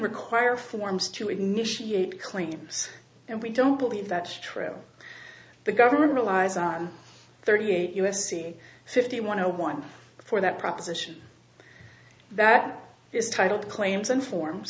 require forms to initiate claims and we don't believe that's true the government relies on thirty eight u s c fifty one zero one for that proposition that is titled claims and form